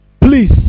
Please